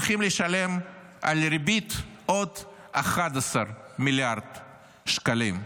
הולכים לשלם על ריבית עוד 11 מיליארד שקלים.